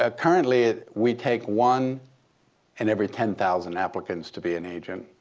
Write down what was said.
ah currently, ah we take one in every ten thousand applicants to be an agent.